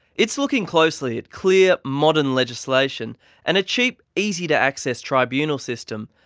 it's looking closely at clear, modern legislation and a cheap, easy-to-access tribunal system,